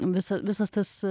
visa visas tas